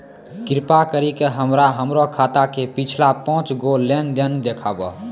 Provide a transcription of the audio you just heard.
कृपा करि के हमरा हमरो खाता के पिछलका पांच गो लेन देन देखाबो